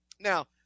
Now